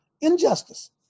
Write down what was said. Injustice